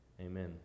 Amen